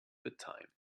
bedtime